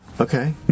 Okay